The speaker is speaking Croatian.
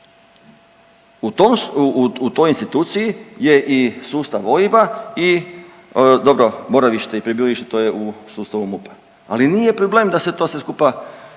u tom instituciji je i sustav OIB-a i dobro, boravište i prebivalište, to je u sustavu MUP-a, ali nije problem da se to sve